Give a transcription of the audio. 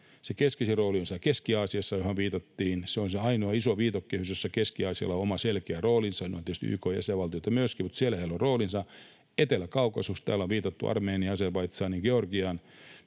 Keski-Aasiassa, johon viitattiin. Se on se ainoa iso viitekehys, jossa Keski-Aasialla on oma selkeä roolinsa. Ne ovat tietysti YK:n jäsenvaltioita myöskin, mutta siellä heillä on roolinsa. Etelä-Kaukasus — täällä on viitattu Armeniaan, Azerbaidžaniin, Georgiaan